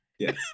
Yes